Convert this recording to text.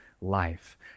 life